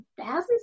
thousands